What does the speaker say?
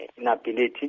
inability